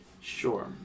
Sure